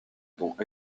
dont